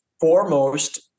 foremost